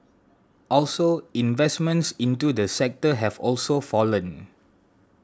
also investments into the sector have also fallen